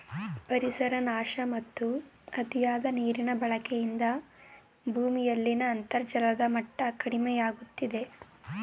ಪರಿಸರ ನಾಶ ಮತ್ತು ಅತಿಯಾದ ನೀರಿನ ಬಳಕೆಯಿಂದ ಭೂಮಿಯಲ್ಲಿನ ಅಂತರ್ಜಲದ ಮಟ್ಟ ಕಡಿಮೆಯಾಗುತ್ತಿದೆ